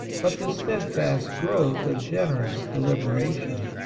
but the steadfast growth of generous deliberation.